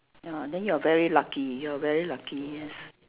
ya then you are very lucky you are very lucky yes